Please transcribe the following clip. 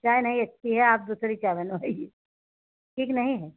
चाय नहीं अच्छी है आप दूसरी चाय बनवाइए ठीक नहीं है